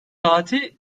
saati